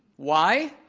why?